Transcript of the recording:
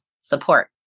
support